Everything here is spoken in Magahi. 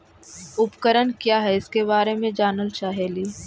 उपकरण क्या है इसके बारे मे जानल चाहेली?